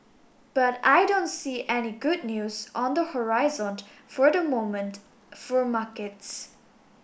but I don't see any good news on the horizon for the moment for markets